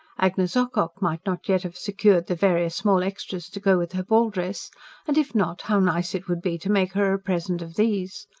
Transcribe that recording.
agnes ocock might not yet have secured the various small extras to go with her ball-dress and, if not, how nice it would be to make her a present of these.